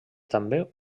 també